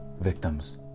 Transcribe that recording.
victims